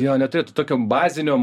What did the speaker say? jo neturėtų tokio bazinio